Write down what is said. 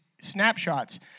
snapshots